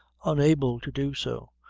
unable to do so,